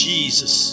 Jesus